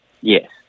Yes